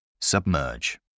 Submerge